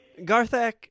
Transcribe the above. Garthak